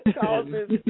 causes